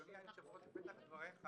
אדוני היושב-ראש, בפתח דבריך